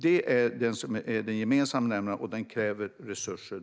Det är det som är den gemensamma nämnaren, och den kräver resurser.